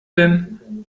denn